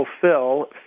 fulfill